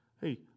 Hey